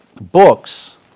books